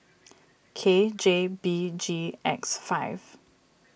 K J B G X five